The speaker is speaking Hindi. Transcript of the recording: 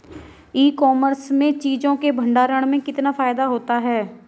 ई कॉमर्स में चीज़ों के भंडारण में कितना फायदा होता है?